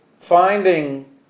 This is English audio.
finding